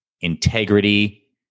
integrity